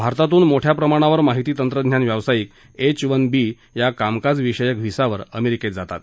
भारतातून मोठ्या प्रमाणावर माहिती तंत्रज्ञान व्यावसायिक एच वन बी या कामकाज विषयक व्हिसावर अमेरिकेत जातात